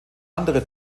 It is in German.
andere